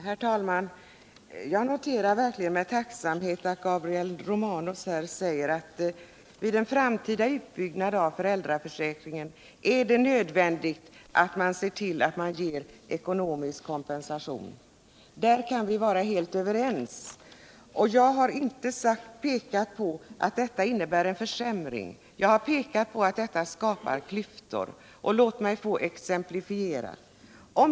Herr talman! Jag noterade verkligen med tacksamhet att Gabriel Romanus sade att det vid en framtida utbyggnad av föräldraförsäkringen är nödvändigt alt se tillatt man ger ekonomisk kompensation. Där kan vi vara helt överens. Jag har inte pekat på att detta innebär en försämring, men jag har pekat på att det skapar klyftor. Lät mig exemplifiera.